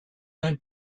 d’un